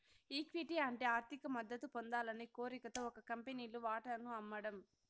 equity అంటే ఆర్థిక మద్దతు పొందాలనే కోరికతో ఒక కంపెనీలు వాటాను అమ్మడం